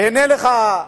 והנה לך,